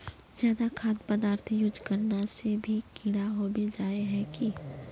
ज्यादा खाद पदार्थ यूज करना से भी कीड़ा होबे जाए है की?